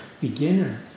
beginner